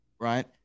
Right